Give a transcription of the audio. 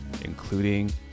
including